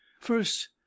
first